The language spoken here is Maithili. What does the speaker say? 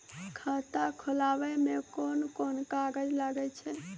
खाता खोलावै मे कोन कोन कागज लागै छै?